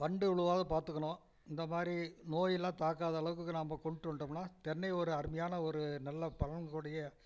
வண்டு விழுவாத பார்த்துக்குணும் இந்தமாதிரி நோயெல்லாம் தாக்காத அளவுக்கு நம்ம கொண்டு வந்துட்டோம்னா தென்னை ஒரு அருமையான ஒரு நல்ல பலன்க்கூடிய